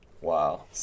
Wow